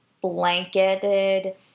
blanketed